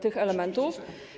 tych elementów.